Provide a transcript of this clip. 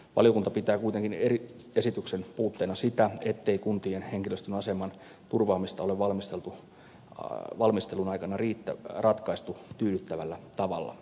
valiokunta pitää kuitenkin esityksen puutteena sitä ettei kuntien henkilöstön aseman turvaamista ole valmistelun aikana ratkaistu tyydyttävällä tavalla